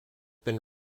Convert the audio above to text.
been